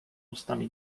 ustami